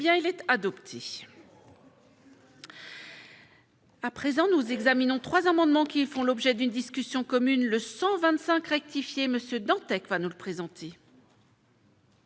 il est adopté. à présent, nous examinons 3 amendements qui font l'objet d'une discussion commune le 125 rectifié monsieur Dantec va nous présenter.